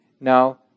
now